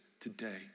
Today